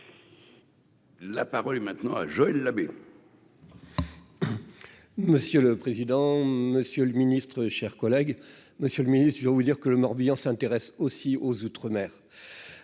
La parole est maintenant à Joël Labbé.